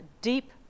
deep